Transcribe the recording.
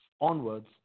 onwards